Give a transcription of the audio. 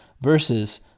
versus